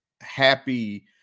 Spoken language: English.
happy